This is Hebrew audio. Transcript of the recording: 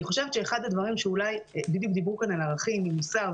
אני חושבת שאחד הדברים שאולי בדיוק דיברו כאן על הערכים ועל המוסר,